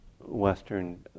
Western